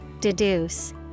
deduce